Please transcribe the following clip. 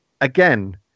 again